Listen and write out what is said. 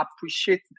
appreciate